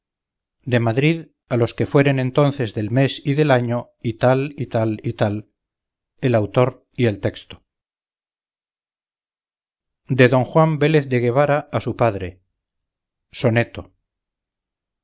de madrid a los que fueren entonces del mes y del año y tal y tal y tal el autor y el texto de don juan vélez de guevara a su padre soneto